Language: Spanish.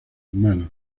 humanos